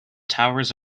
towers